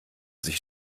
sich